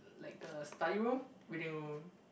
like the study room reading room